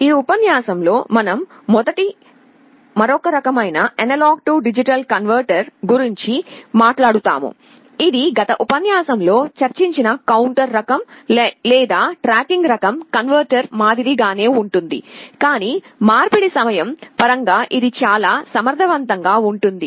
ఈ ఉపన్యాసం లో మనం మొదట మరొక రకమైన A D కన్వర్టర్ గురించి మాట్లాడుతాము ఇది గత ఉపన్యాసం లో చర్చించిన కౌంటర్ రకం లేదా ట్రాకింగ్ రకం కన్వర్టర్ మాదిరి గానే ఉంటుంది కాని మార్పిడి సమయం పరంగా ఇది చాలా సమర్థవంతం గా ఉంటుంది